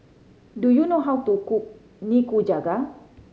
do you know how to cook Nikujaga